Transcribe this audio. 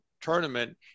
tournament